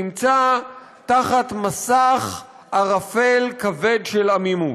נמצא תחת מסך ערפל כבד של עמימות,